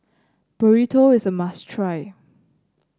burrito is a must try